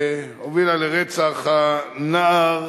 שהובילה לרצח הנער